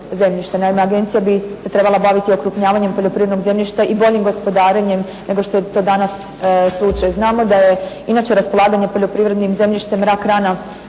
Naime agencija bi se trebala baviti okrupnjavanjem poljoprivrednog zemljišta i boljim gospodarenjem nego što je to danas slučaj. Znamo da je inače raspolaganje poljoprivrednim zemljištem rak rana